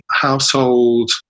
household